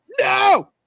no